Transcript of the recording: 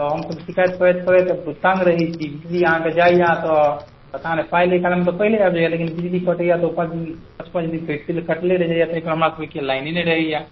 तऽ हमसभ शिकायत करैत करैत तङ्ग रहै छी बिजली अहाँके जाइ यऽ तऽ अहाँके कहले टाइमसँ पहिले आबि जाए यऽ लेकिन बिजली कटैए दुइ पाँच दिन पाँच पाँच दिन फेर कटले रहैए ताहिपर हमरा सभके कि लाइने नहि रहैए